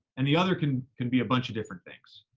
and the other can can be a bunch of different things,